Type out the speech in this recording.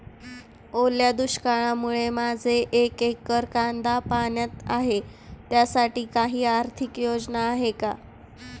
ओल्या दुष्काळामुळे माझे एक एकर कांदा पाण्यात आहे त्यासाठी काही आर्थिक योजना आहेत का?